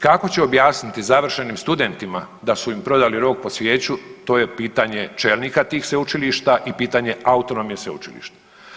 Kako će objasniti završenim studentima da su im prodali rog pod svijeću, to je pitanje čelnika tih sveučilišta i pitanje autonomije sveučilišta.